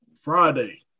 Friday